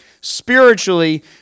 Spiritually